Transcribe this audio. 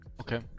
okay